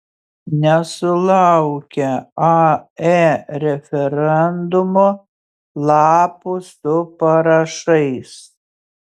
nesulaukia ae referendumo lapų su parašais